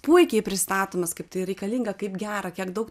puikiai pristatomas kaip tai reikalinga kaip gera kiek daug